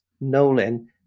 Nolan